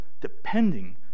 depending